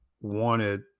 wanted